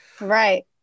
Right